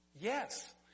Yes